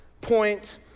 point